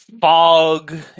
fog